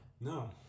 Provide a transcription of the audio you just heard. No